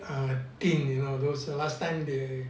err tin you those know last time they